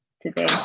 today